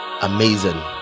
amazing